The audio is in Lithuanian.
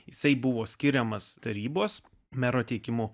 jisai buvo skiriamas tarybos mero teikimu